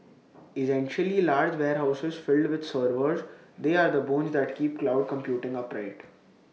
essentially large warehouses filled with servers they are the bones that keep cloud computing upright